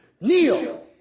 Kneel